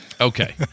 Okay